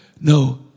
No